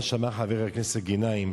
מה שאמר חבר הכנסת גנאים,